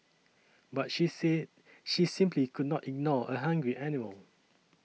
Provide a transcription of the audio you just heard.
but she said she simply could not ignore a hungry animal